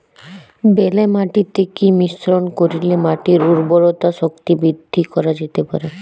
বেলে মাটিতে কি মিশ্রণ করিলে মাটির উর্বরতা শক্তি বৃদ্ধি করা যেতে পারে?